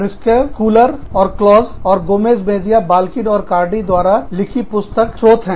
ब्रिस्के Schuler और Klaus और Gomez Mejia Balkin और कार्डी द्वारा लिखी पुस्तक के स्रोत हैं